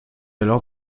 alors